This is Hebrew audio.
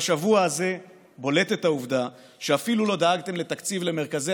בשבוע הזה בולטת העובדה שאפילו לא דאגתם לתקציב למרכזי